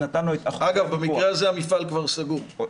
אגב, במקרה הזה המפעל כבר סגור.